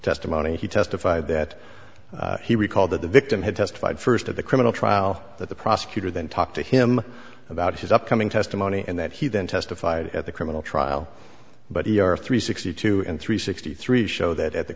testimony he testified that he recalled that the victim had testified first of the criminal trial that the prosecutor then talked to him about his upcoming testimony and that he then testified at the criminal trial but he are three sixty two and three sixty three show that at the